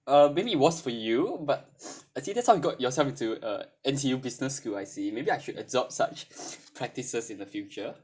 uh maybe it was for you but actually that's how you got yourself into uh N_T_U business could I see maybe I should adopt such practices in the future